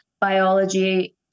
biology